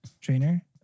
trainer